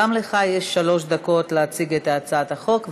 גם לך יש שלוש דקות להציג את הצעת החוק,